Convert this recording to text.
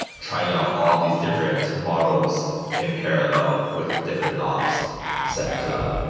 trying out all these different models in parallel with different knobs set to them.